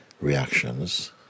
reactions